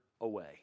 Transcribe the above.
away